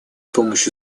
помощью